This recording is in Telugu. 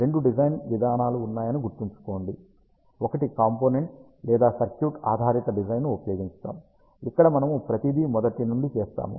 రెండు డిజైన్ విధానాలు ఉన్నాయని గుర్తుచేసుకోండి ఒకటి కాంపోనెంట్ లేదా సర్క్యూట్ ఆధారిత డిజైన్ను ఉపయోగించడం ఇక్కడ మనము ప్రతిదీ మొదటి నుండి చేస్తాము